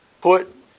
put